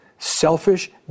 selfish